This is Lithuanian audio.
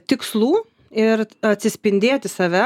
tikslų ir atsispindėti save